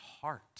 heart